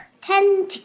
Ten